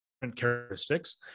Characteristics